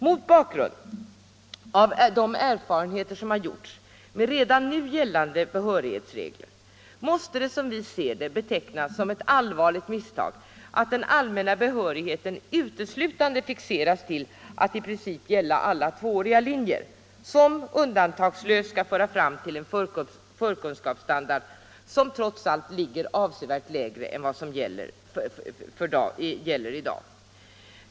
Mot bakgrund av de erfarenheter som gjorts med redan nu gällande behörighetsregler måste det, som vi ser det, betecknas som ett allvarligt misstag att den allmänna behörigheten uteslutande skall bygga på genomgång av tvååriga linjer, vilka undantagslöst skall föra fram till en förkunskapsstandard som trots allt ligger avsevärt lägre än den som krävs i dag.